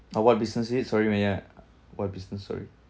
oh what business it sorry when ya what business sorry